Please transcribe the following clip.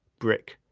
brick.